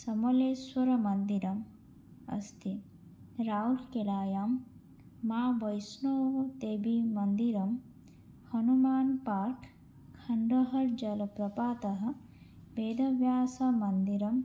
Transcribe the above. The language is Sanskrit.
सबलेश्वरमन्दिरम् अस्ति राव्किरायां मा वैष्णवदेवीमन्दिरं हनुमान्पार्क् खण्डहाल् जलप्रपातः वेदव्यासमन्दिरं